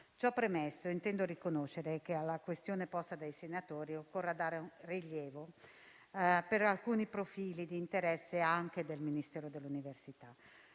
Ciò premesso, intendo riconoscere che alla questione posta dai senatori occorra dare rilievo per alcuni profili di interesse anche del Ministero dell'università.